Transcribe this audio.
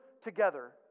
together